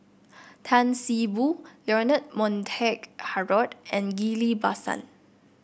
Tan See Boo Leonard Montague Harrod and Ghillie Basan